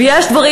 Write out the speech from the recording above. ויש דברים,